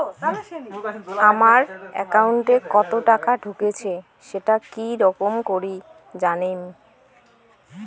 আমার একাউন্টে কতো টাকা ঢুকেছে সেটা কি রকম করি জানিম?